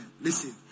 Listen